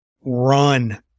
run